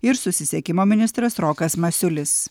ir susisiekimo ministras rokas masiulis